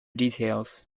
details